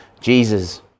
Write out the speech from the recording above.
Jesus